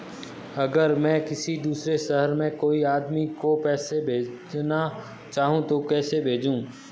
अगर मैं किसी दूसरे शहर में कोई आदमी को पैसे भेजना चाहूँ तो कैसे भेजूँ?